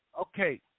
Okay